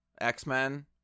X-Men